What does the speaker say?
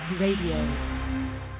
Radio